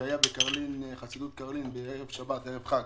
והיה עוד אסון בחסידות קרלין בערב החג.